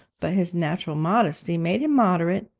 but his natural modesty made him moderate,